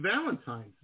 Valentine's